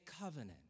covenant